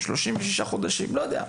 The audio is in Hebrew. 36 חודשי - לא יודע,